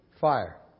fire